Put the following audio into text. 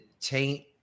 taint